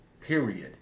period